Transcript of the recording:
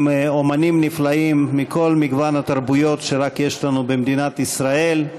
עם אמנים נפלאים מכל מגוון התרבויות שיש רק לנו במדינת ישראל.